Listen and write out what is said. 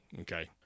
okay